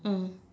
mm